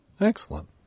excellent